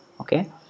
okay